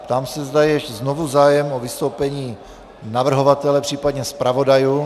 Ptám se, zda je znovu zájem o vystoupení navrhovatele, případně zpravodajů.